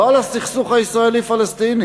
לא על הסכסוך הישראלי-פלסטיני,